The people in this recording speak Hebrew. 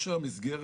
יש היום מסגרת